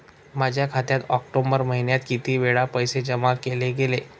माझ्या खात्यात ऑक्टोबर महिन्यात किती वेळा पैसे जमा केले गेले?